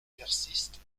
persiste